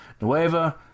Nueva